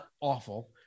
awful